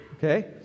okay